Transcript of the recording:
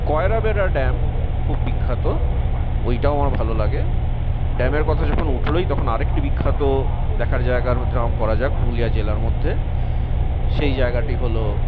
Kairabera dam খুব বিখ্যাত ওইটাও আমার ভালো লাগে ড্যামের কথা যখন উঠলোই তখন আরেকটি বিখ্যাত দেখার জায়গার নাম করা যাক পুরুলিয়া জেলার মধ্যে সেই জায়গাটি হল